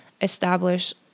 establish